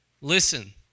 listen